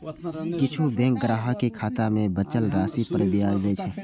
किछु बैंक ग्राहक कें खाता मे बचल राशि पर ब्याज दै छै